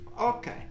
Okay